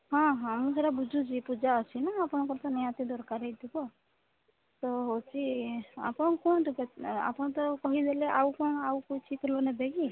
ହଁ ହଁ ମୁଁ ସେରା ବୁଝୁଛି ପୂଜା ଅଛି ନା ଆପଣଙ୍କର ତ ନିହାତି ଦରକାର ହେଇଥିବ ତ ହେଉଛି ଆପଣ କୁହନ୍ତୁ କେ ଆପଣ ତ କହିଦେଲେ ଆଉ କ'ଣ ଆଉ କିଛି ଫୁଲ ନେବେ କି